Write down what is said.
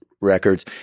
Records